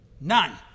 none